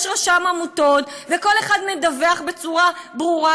יש רשם עמותות, וכל אחד מדווח בצורה ברורה.